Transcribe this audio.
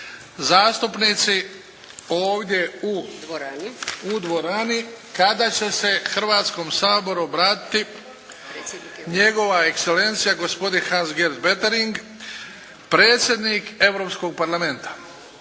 zastupnici ovdje u dvorani kada će se Hrvatskom saboru obratiti Njegova ekselencija gospodin Hans-Gert Pöttering, predsjednik Europskog Parlamenta.